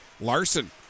Larson